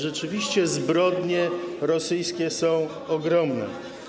Rzeczywiście zbrodnie rosyjskie są ogromne.